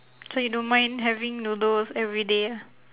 so you don't mind having noodles everyday ah